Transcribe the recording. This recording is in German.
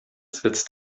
setzt